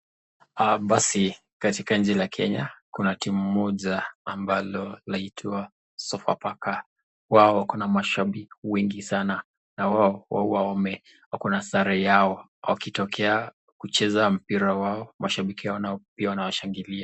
Haya basi, katika nchi ya kenya, kuna timu moja ambalo inaitwa Sofapaka, wao wako na mashabiki wengi sana na hawa huwa wako na starehe yao wakitokea kucheza mpira wao, mashabiki wao pia wanawashangilia.